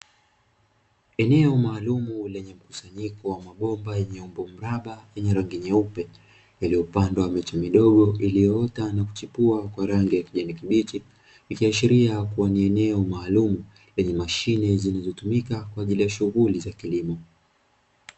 Eneo maalumu lenye mkusanyiko wa mabomba yenye umbo mraba vyenye rangi nyeupe yaliyo pandwa miche midogo iliyoota nakuchepua kwa rangi ya kijani kibichi ikiashiria kuwa ni eneo maalum lenye mashine zilizotumika kwa ajili ya shughuli za kilimo.